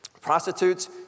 Prostitutes